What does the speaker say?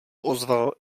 ozval